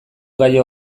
gaia